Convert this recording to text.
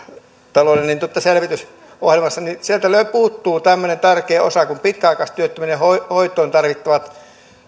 talouden selvitysohjelmassa sieltä puuttuu tämmöinen tärkeä osa kuin pitkäaikaistyöttömyyden hoitoon hoitoon tarvittavat